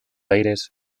aires